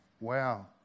Wow